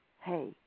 hey